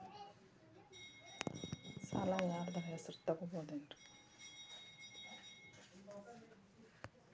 ನಮ್ಮಅಣ್ಣತಮ್ಮಂದ್ರ ನಡು ಕೂಡಿ ಹೆಸರಲೆ ಹೊಲಾ ಅದಾವು, ಸಾಲ ಯಾರ್ದರ ಒಬ್ಬರ ಹೆಸರದಾಗ ತಗೋಬೋದೇನ್ರಿ?